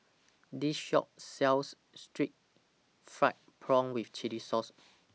This Shop sells Stir Fried Prawn with Chili Sauce